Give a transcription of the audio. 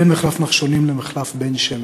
בין מחלף נחשונים למחלף בן-שמן,